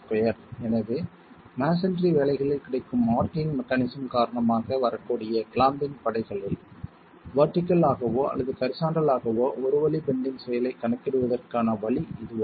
எனவே மஸோன்றி வேலைகளில் கிடைக்கும் ஆர்ச்சிங் மெக்கானிசம் காரணமாக வரக்கூடிய கிளாம்பிங் படைகளில் வெர்டிகள் ஆகவோ அல்லது ஹரிசாண்டல் ஆகவோ ஒரு வழி பெண்டிங் செயலைக் கணக்கிடுவதற்கான வழி இதுவாகும்